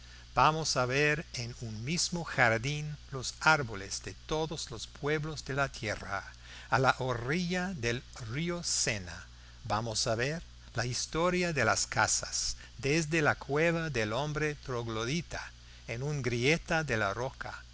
vamos a ver en un mismo jardín los árboles de todos los pueblos de la tierra a la orilla del río sena vamos a ver la historia de las casas desde la cueva del hombre troglodita en una grieta de la roca